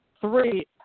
three